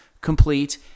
complete